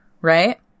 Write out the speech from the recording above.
right